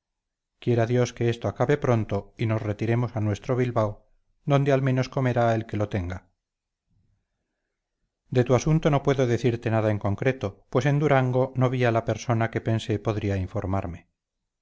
quiera dios que esto acabe pronto y nos retiremos a nuestro bilbao donde al menos comerá el que lo tenga de tu asunto no puedo decirte nada en concreto pues en durango no vi a la persona que pensé podría informarme